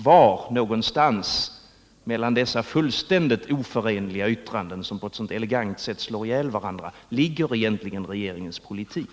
Var någonstans mellan dessa fullständigt oförenliga yttranden, som på ett så elegant sätt slår ihjäl varandra, ligger egentligen regeringens politik?